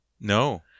No